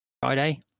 Friday